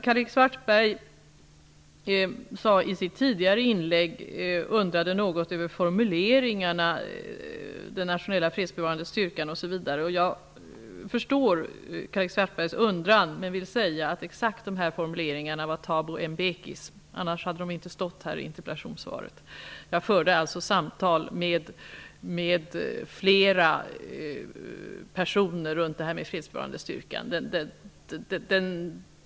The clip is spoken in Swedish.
Karl-Erik Svartberg undrade i sitt tidigare inlägg något över formuleringarna angående den nationella fredsbevarande styrkan, osv. Jag förstår Karl-Erik Svartbergs undran. Det var exakt Thabo Mbekis formuleringar. Annars skulle de inte ha stått i interpellationssvaret. Jag förde alltså samtal med flera personer när det gällde den fredsbevarande styrkan.